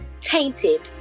tainted